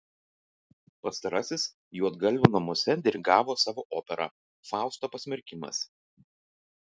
pastarasis juodgalvių namuose dirigavo savo operą fausto pasmerkimas